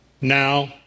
now